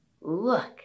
Look